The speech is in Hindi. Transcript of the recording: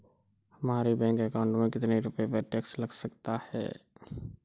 हमारे बैंक अकाउंट में कितने रुपये पर टैक्स लग सकता है?